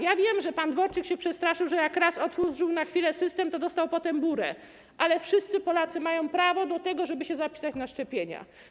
Ja wiem, że pan Dworczyk się przestraszył, że jak raz otworzył na chwilę system, to dostał potem burę, ale wszyscy Polacy mają prawo do tego, żeby się zapisać na szczepienia.